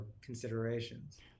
considerations